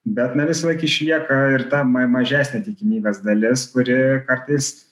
bet na visąlaik išlieka ir ta ma mažesnė tikimybės dalis kuri kartais